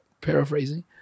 paraphrasing